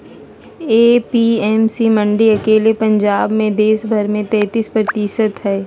APMC मंडी अकेले पंजाब मे देश भर के तेतीस प्रतिशत हई